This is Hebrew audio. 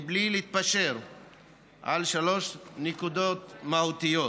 בלי להתפשר על שלוש נקודות מהותיות: